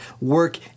work